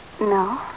No